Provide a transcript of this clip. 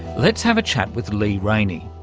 let's have a chat with lee rainie.